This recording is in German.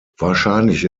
wahrscheinlich